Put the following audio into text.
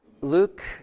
Luke